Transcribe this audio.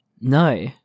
No